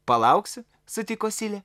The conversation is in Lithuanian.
palauksiu sutiko silė